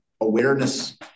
awareness